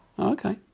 Okay